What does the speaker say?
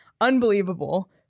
Unbelievable